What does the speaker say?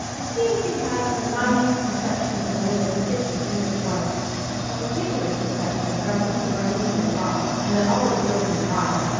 it seems he had some naive conception of a woman fit to be his wife a particular conception that i used to run into a lot and that always drove me wild.